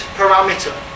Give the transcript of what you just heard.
parameter